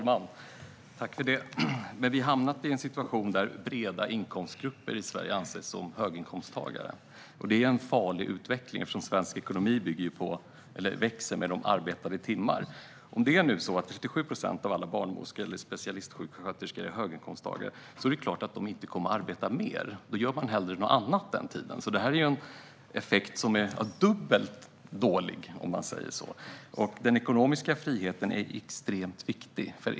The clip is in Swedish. Herr talman! Vi har hamnat i en situation där breda inkomstgrupper i Sverige anses som höginkomsttagare. Det är en farlig utveckling eftersom svensk ekonomi växer med arbetade timmar. Om det nu är så att 37 procent av alla barnmorskor eller specialistsjuksköterskor är höginkomsttagare är det klart att de inte kommer att arbeta mer. Då gör de hellre något annat den tiden. Det är en effekt som är dubbelt dålig. Den ekonomiska friheten är extremt viktig.